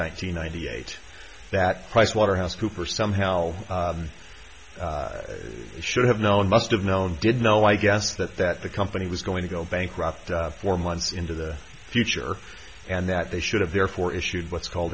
hundred eight that price waterhouse cooper somehow should have known must have known did know i guess that that the company was going to go bankrupt four months into the future and that they should have therefore issued what's called